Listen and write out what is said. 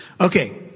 Okay